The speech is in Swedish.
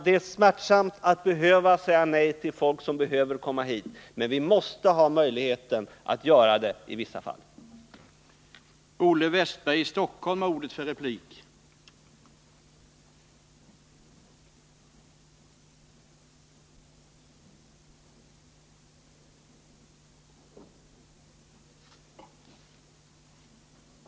Det är smärtsamt att behöva säga nej till människor som behöver komma hit, men vi måste ha möjligheten att i vissa fall göra det.